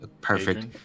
Perfect